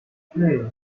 hey